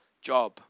job